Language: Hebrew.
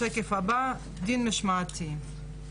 דין משמעתי.